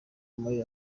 muri